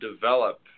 develop